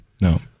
No